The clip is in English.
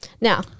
Now